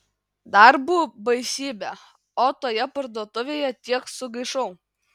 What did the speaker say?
darbų baisybė o toje parduotuvėje tiek sugaišau